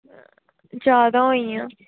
जैदा होइयां